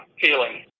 feeling